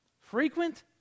Frequent